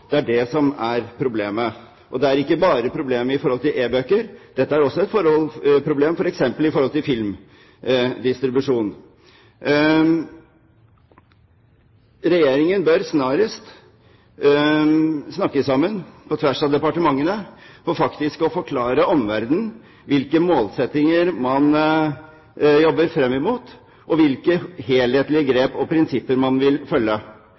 Det er det som er problemet. Og det er ikke bare et problem knyttet til e-bøker. Dette er også et problem f.eks. knyttet til filmdistribusjon. Regjeringen bør snarest snakke sammen på tvers av departementene og faktisk forklare omverdenen hvilke målsettinger man jobber frem mot, og hvilke helhetlige grep og prinsipper man vil følge.